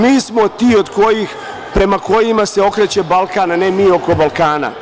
Mi smo ti prema kojima se okreće Balkan, a ne mi oko Balkana.